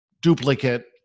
duplicate